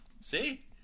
See